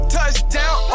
Touchdown